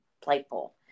playful